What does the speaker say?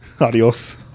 Adios